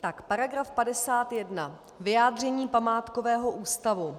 Tak § 51 vyjádření památkového ústavu.